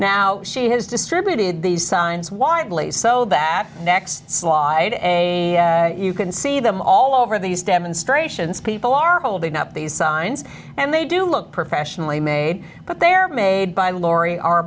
now she has distributed these signs widely so that next slide a you can see them all over these demonstrations people are holding up these signs and they do look professionally made but they're made by lori ar